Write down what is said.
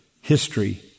history